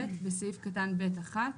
בסעיף קטן (ב)(1),